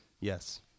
Yes